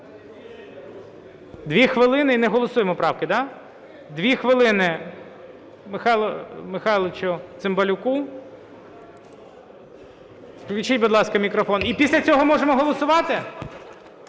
2 хвилини і не голосуємо правки, да? 2 хвилини Михайлу Михайловичу Цимбалюку. Включіть, будь ласка, мікрофон. І після цього можемо голосувати?